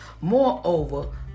Moreover